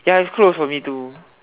ya is close for me too